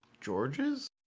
George's